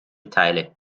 teile